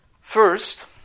first